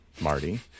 Marty